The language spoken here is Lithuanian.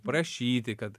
prašyti kad